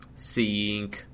Seeing